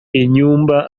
inyumba